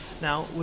Now